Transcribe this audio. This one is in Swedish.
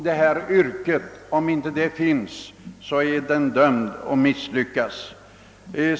Finns inte sådan är arbetet dömt att misslyckas.